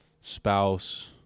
Spouse